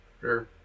Sure